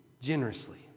generously